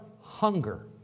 hunger